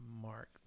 Mark